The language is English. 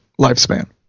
lifespan